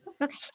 okay